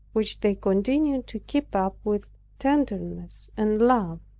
which they continued to keep up with tenderness and love.